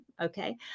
okay